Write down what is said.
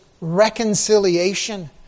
reconciliation